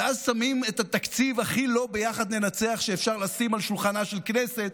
ואז שמים את התקציב הכי לא ביחד ננצח שאפשר לשים על שולחנה של כנסת